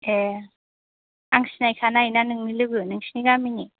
ए आं सिनायखानाय ना नोंनि लोगो नोंसिनि गामिनि